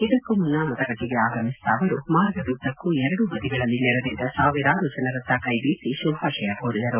ಇದಕ್ಕೂ ಮುನ್ನ ಮತಗಟ್ಟೆಗೆ ಆಗಮಿಸಿದ ಅವರು ಮಾರ್ಗದುದ್ದಕ್ಕೂ ಎರಡೂ ಬದಿಗಳಲ್ಲಿ ನೆರೆದಿದ್ದ ಸಾವಿರಾರು ಜನರತ್ತ ಕೈಬೀಸಿ ಶುಭಾಶಯ ಕೋರಿದರು